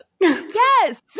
Yes